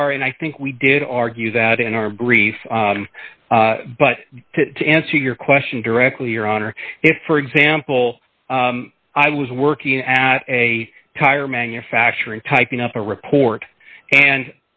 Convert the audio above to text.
are and i think we did argue that in our brief but to answer your question directly your honor if for example i was working at a tire manufacturing typing up a report and